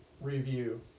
review